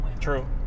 true